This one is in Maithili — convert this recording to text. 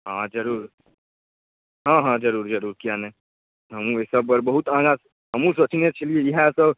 हँ जरूर हँ हँ जरूर जरूर किएक नहि हमहूँ एहिसबपर बहुत आगाँ हमहूँ सोचने छलिए इएहसब